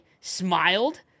smiled